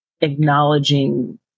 acknowledging